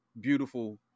beautiful